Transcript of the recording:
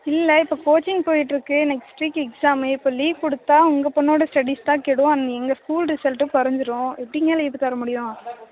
இல்லை இப்போ கோச்சிங் போயிகிட்டு இருக்கு நெக்ஸ்ட் வீக்கு எக்ஸாமு இப்போ லீவ் கொடுத்தா உங்கள் பொண்ணோட ஸ்டடிஸ் தான் கெடும் அண்ட் எங்கள் ஸ்கூல் ரிசல்ட்டும் குறைஞ்சிடும் எப்படிங்க லீவு தர முடியும்